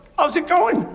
how's it going?